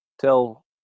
tell